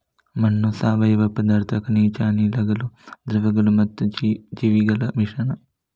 ಮಣ್ಣು ಸಾವಯವ ಪದಾರ್ಥಗಳು, ಖನಿಜಗಳು, ಅನಿಲಗಳು, ದ್ರವಗಳು ಮತ್ತು ಜೀವಿಗಳ ಮಿಶ್ರಣ